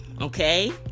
okay